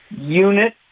Unit